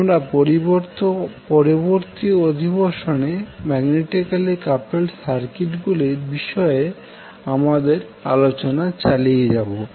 আমরা পরবর্তী অধিবেশনে ম্যাগনেটিক্যালি কাপেলড সার্কিটগুলির বিষয়ে আমাদের আলোচনা চালিয়ে যাবো